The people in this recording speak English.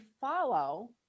follow